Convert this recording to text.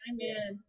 Amen